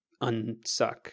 unsuck